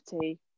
tea